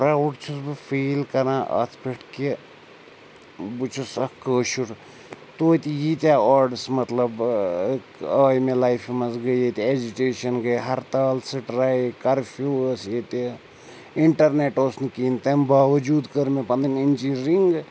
proud چھُس بہٕ feel کَران اَتھ پٮ۪ٹھ کہِ بہٕ چھُس اَکھ کٲشُر توتہِ ییٖتیٛاہ آڈٕس مطلب آے مےٚ لایفہِ منٛز گٔے ییٚتہِ ایجٹیشَن گٔے ہَرتال سٹرایک کَرفیوٗ ٲس ییٚتہِ اِنٹَرنیٚٹ اوس نہٕ کِہیٖنۍ تَمہِ باوجوٗد کٔر مےٚ پَنٕنۍ اِنجیٖنرِنٛگ